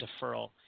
deferral